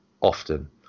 often